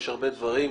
יש הרבה דברים.